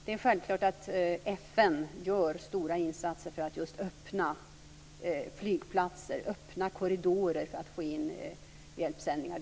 Det är självklart att FN gör stora insatser för att öppna flygplatser och öppna korridorer för att få in hjälpsändningar.